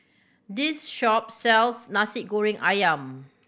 this shop sells Nasi Goreng Ayam